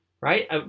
Right